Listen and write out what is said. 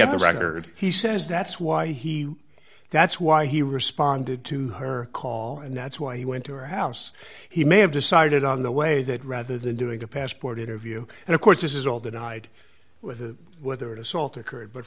at the record he says that's why he that's why he responded to her call and that's why he went to her house he may have decided on the way that rather than doing a passport interview and of course this is all denied with a whether it assault occurred but